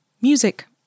Music